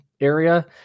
area